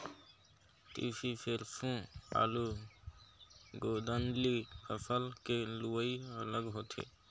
तिसी, सेरसों, आलू, गोदंली फसल के लुवई अलग होथे